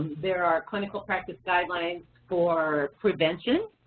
there are clinical practice guidelines for prevention.